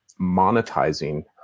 monetizing